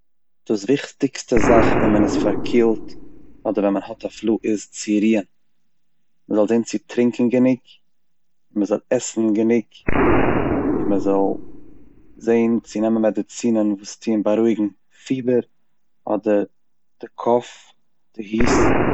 דאס וויכטיגסטע זאך ווען מען איז פארקילט אדער ווען מען האט א פלו איז צו רוען, מ'זאל זען צו טרונקן גענוג, מ'זאל עסן גענוג, און מען זאל זען צו נעמען מעדעצינען וואס טוען בארואיגן פיבער אדער די קאוף - די הוס.